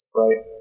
right